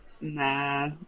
Nah